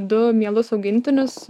du mielus augintinius